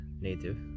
native